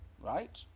right